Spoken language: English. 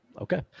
Okay